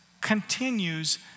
continues